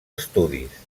estudis